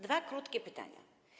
Dwa krótkie pytania.